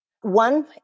One